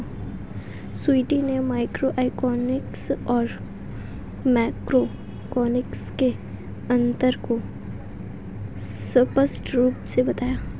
स्वीटी ने मैक्रोइकॉनॉमिक्स और माइक्रोइकॉनॉमिक्स के अन्तर को स्पष्ट रूप से बताया